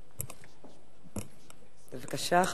בבקשה,